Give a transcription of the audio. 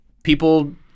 People